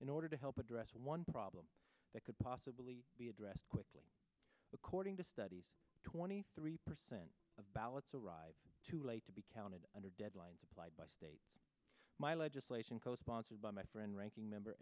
in order to help address one problem that could possibly be addressed quickly according to studies twenty three percent of ballots arrive too late to be counted under deadline by state my legislation co sponsored by my friend ranking member